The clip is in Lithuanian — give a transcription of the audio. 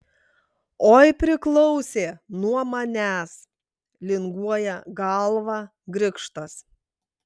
oi priklausė nuo manęs linguoja galvą grikštas